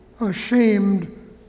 ashamed